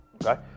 Okay